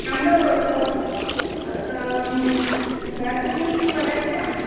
ᱟᱢᱫᱚ ᱨᱟᱫᱷᱩ ᱨᱟᱫᱷᱩᱱᱤᱢ ᱵᱟᱲᱟᱭ ᱜᱮᱭᱟᱢ